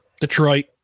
Detroit